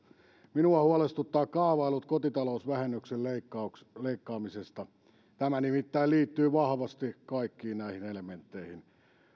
minua huolestuttavat kaavailut kotitalousvähennyksen leikkaamisesta tämä nimittäin liittyy vahvasti kaikkiin näihin elementteihin